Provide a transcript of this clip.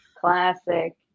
Classic